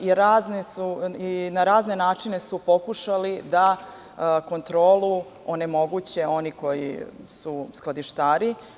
Na razne načine su pokušali da kontrolu onemoguće oni koji su skladištari.